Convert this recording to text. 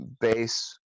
Base